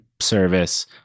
service